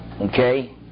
okay